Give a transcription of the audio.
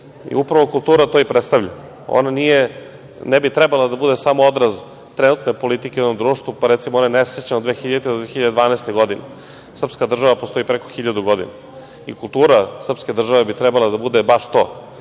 kultura to i predstavlja. Ona nije i ne bi trebalo da bude samo odraz trenutne politike u jednom društvu, pa, recimo, one nesrećne od 2000. do 2012. godine. Srpska država postoji preko hiljadu godina. I kultura srpske države bi trebala da bude baš to.